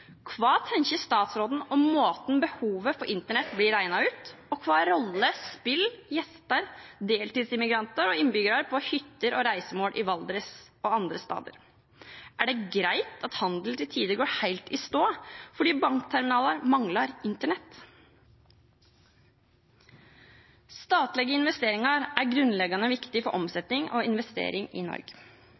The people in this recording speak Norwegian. Hva tenker statsråden om måten behovet for internett blir regnet ut på, og hvilken rolle spiller gjester på hytter og reisemål, deltidsimmigranter og innbyggere i Valdres og andre steder? Er det greit at handel til tider går helt i stå fordi bankterminaler mangler internett? Statlige investeringer er grunnleggende viktig for omsetning og investering i